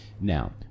Now